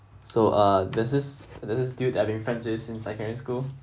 so uh there's this there's this dude I've been friends with since secondary school